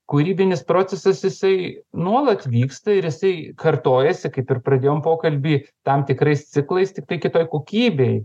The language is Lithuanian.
kūrybinis procesas jisai nuolat vyksta ir jisai kartojasi kaip ir pradėjom pokalbį tam tikrais ciklais tiktai kitoj kokybėj